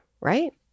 right